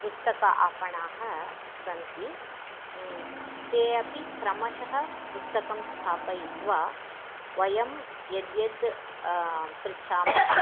पुस्तकापणाः सन्ति ते अपि क्रमशः पुस्तकं स्थापयित्वा वयं यद्यद् पृच्छामः